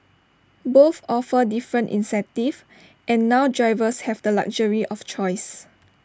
both offer different incentives and now drivers have the luxury of choice